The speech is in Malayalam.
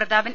പ്രതാപൻ